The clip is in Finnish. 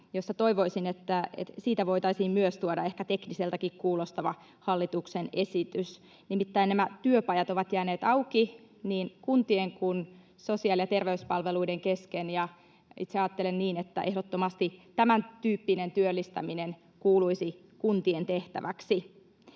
josta toivoisin, että myös siitä voitaisiin tuoda ehkä tekniseltäkin kuulostava hallituksen esitys. Nimittäin nämä työpajat ovat jääneet auki niin kuntien kuin sosiaali‑ ja terveyspalveluiden kesken, ja itse ajattelen niin, että ehdottomasti tämäntyyppinen työllistäminen kuuluisi kuntien tehtäväksi.